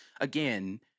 again